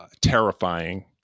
terrifying